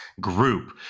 group